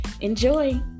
Enjoy